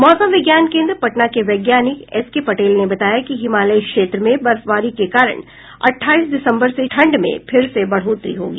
मौसम विज्ञान केन्द्र पटना के वैज्ञानिक एसके पटेल ने बताया कि हिमालय क्षेत्र में बर्फबारी के कारण अट्ठाईस दिसंबर से ठंड में फिर से बढ़ोतरी होगी